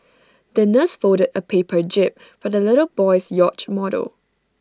the nurse folded A paper jib for the little boy's yacht model